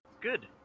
Good